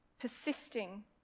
persisting